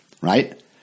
right